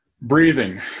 Breathing